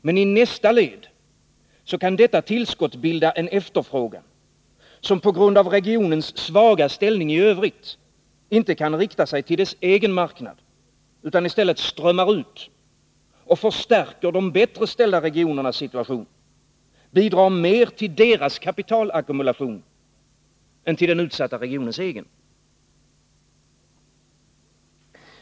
Men i nästa led kan detta tillskott bilda en efterfrågan, som på grund av regionens svaga ställning i övrigt inte kan rikta sig till dess egen marknad utan i stället strömmar ut och förstärker de bättre ställda regionernas situation, bidrar mer till deras kapitalackumulation än till den utsatta regionens egen.